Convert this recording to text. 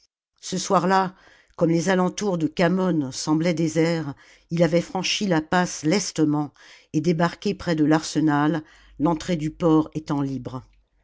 ce soir-là comme les alentours de khamon semblaient déserts il avait franchi la passe lestement et débarqué près de l'arsenal l'entrée du port étant libre